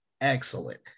excellent